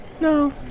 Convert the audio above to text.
No